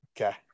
Okay